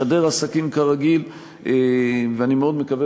לשדר עסקים כרגיל, ואני מאוד מקווה